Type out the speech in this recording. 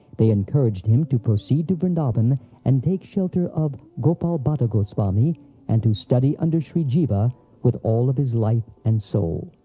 they encouraged him to proceed to vrindavan and take shelter of gopal bhatta goswami and to study under shri jiva with all of his life and soul.